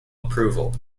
approval